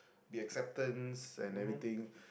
be acceptance and everything